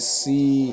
see